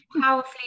Powerfully